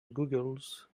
googles